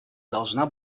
должна